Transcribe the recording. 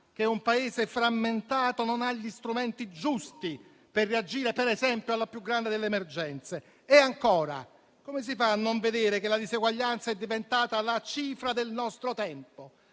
che un Paese frammentato non ha gli strumenti giusti per reagire, per esempio, alla più grande delle emergenze? E ancora, come si fa a non vedere che la diseguaglianza è diventata la cifra del nostro tempo,